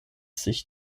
sich